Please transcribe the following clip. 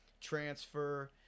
transfer